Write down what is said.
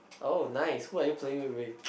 oh nice who are you playing it with